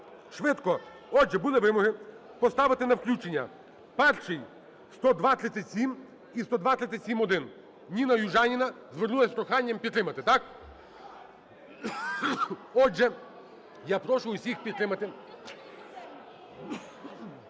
Швидко. Отже, були вимоги поставити на включення перший 10237 і 10237-1. НінаЮжаніна звернулась з проханням підтримати. Отже, я прошу всіх підтримати,